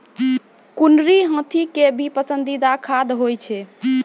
कुनरी हाथी के भी पसंदीदा खाद्य होय छै